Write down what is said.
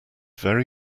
very